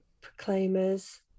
Proclaimers